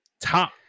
top